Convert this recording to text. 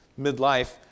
midlife